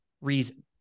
reason